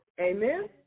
Amen